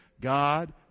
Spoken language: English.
God